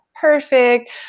perfect